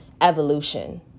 evolution